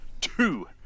two